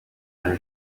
henri